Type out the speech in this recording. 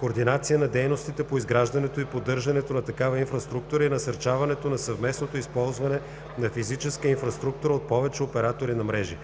координация на дейностите по изграждането и поддържането на такава инфраструктура и насърчаването на съвместното използване на физическа инфраструктура от повече оператори на мрежи.